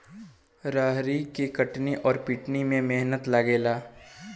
रहरी के कटनी अउर पिटानी में मेहनत लागेला